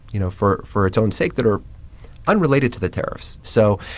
you know, for for its own sake that are unrelated to the tariffs. so,